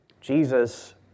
Jesus